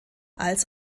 als